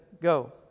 Go